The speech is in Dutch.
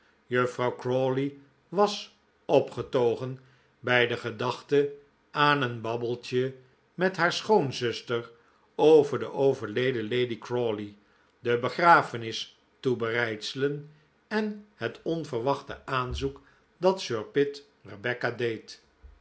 juffrouw crawley was opgetogen bij de gedachte aan een babbeltje met haar schoonzuster over de overleden lady crawley de begrafenis toebereidselen en het onverwachte aanzoek dat sir pitt rebecca deed